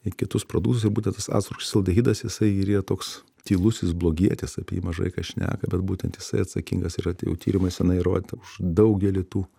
į kitus produktus ir būtent tas acto rūgšties aldehidas jisai ir yra toks tylusis blogietis apie jį mažai kas šneka bet būtent jisai atsakingas yra jau tyrimais senai įrodyta už daugelį tų